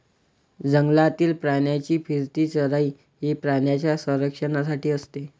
जंगलातील प्राण्यांची फिरती चराई ही प्राण्यांच्या संरक्षणासाठी असते